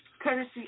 courtesy